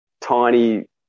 tiny